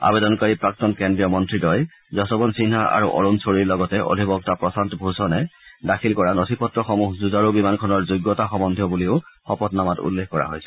আবেদনকাৰী প্ৰাক্তন কেন্দ্ৰীয় মন্ৰীদ্বয় যশবন্ত সিনহা আৰু অৰুণ ধোৰীৰ লগতে অধিবক্তা প্ৰশান্ত ভূষণে দাখিল কৰা নথি পত্ৰসমূহ যুঁজাৰু বিমানখনৰ যোগ্যতা সহ্বন্ধীয় বুলিও শপতনামাত উল্লেখ কৰা হৈছে